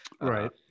Right